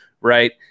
right